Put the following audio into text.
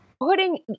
putting